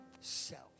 self